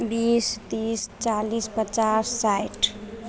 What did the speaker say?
बीस तीस चालिस पचास साठि